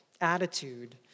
attitude